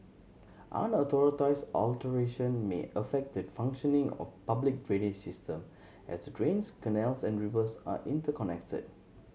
unauthorised alteration may affect the functioning of public drainage system as the drains canals and rivers are interconnected